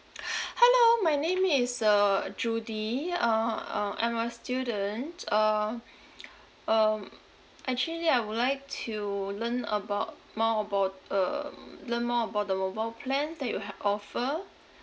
hello my name is uh judy uh um I'm a student uh um actually I would like to learn about more about um learn more about the mobile plans that you have offer